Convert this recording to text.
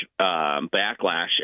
backlash